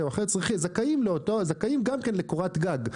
זכאים לקורת גג.